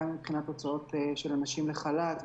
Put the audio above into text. גם מבחינת הוצאת אנשים לחל"ת,